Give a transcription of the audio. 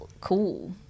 cool